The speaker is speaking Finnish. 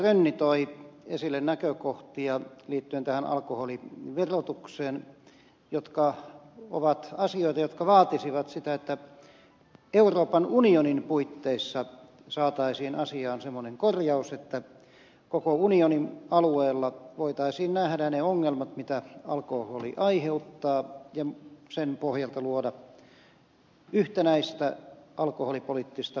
rönni toi esille liittyen tähän alkoholiverotukseen näkökohtia jotka ovat asioita jotka vaatisivat sitä että euroopan unionin puitteissa saataisiin asiaan semmoinen korjaus että koko unionin alueella voitaisiin nähdä ne ongelmat mitä alkoholi aiheuttaa ja sen pohjalta luoda yhtenäistä alkoholipoliittista verolinjaa